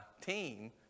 team